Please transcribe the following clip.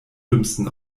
dümmsten